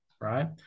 right